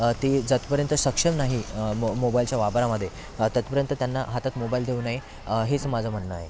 ते जतपर्यंत सक्षम नाही मो मोबाईलच्या वापरामध्ये ततपर्यंत त्यांना हातात मोबाईल देऊ नये हेच माझं म्हणणं आहे